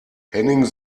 henning